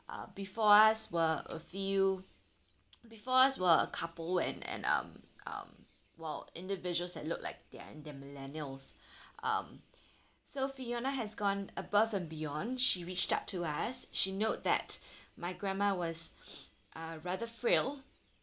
uh before us were a few before us were a couple and and um um well individuals that look like their in their millennials um so fiona has gone above and beyond she reached out to us she note that my grandma was uh rather frail